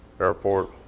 airport